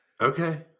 Okay